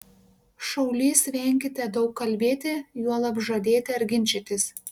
šaulys venkite daug kalbėti juolab žadėti ar ginčytis